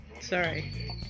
Sorry